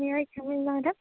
may I come in madam